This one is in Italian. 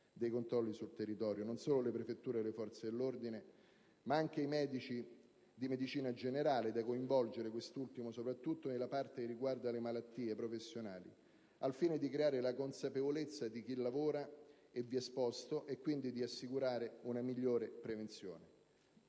dei controlli sul territorio, non solo le prefetture e le forze dell'ordine, ma anche i medici di medicina generale, da coinvolgere, questi ultimi soprattutto, nella parte che riguarda le malattie professionali, al fine di creare la consapevolezza in chi lavora e vi è esposto e quindi assicurare una migliore prevenzione.